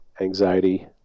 anxiety